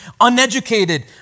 uneducated